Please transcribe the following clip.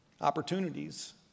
Opportunities